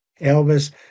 Elvis